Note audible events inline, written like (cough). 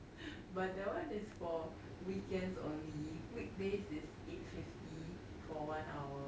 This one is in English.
(laughs) but that one is for weekends only weekdays is eight fifty for one hour